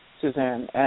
Suzanne